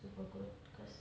super good because